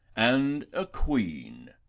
and a queen.